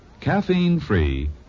Caffeine-free